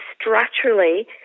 structurally